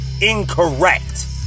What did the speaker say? Incorrect